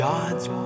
God's